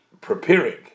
preparing